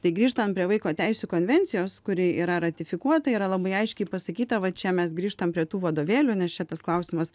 tai grįžtant prie vaiko teisių konvencijos kuri yra ratifikuota yra labai aiškiai pasakyta va čia mes grįžtam prie tų vadovėlių nes čia tas klausimas